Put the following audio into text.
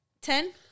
Ten